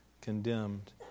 condemned